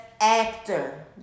actor